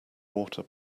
water